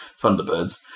Thunderbirds